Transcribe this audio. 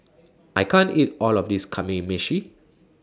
I can't eat All of This Kamameshi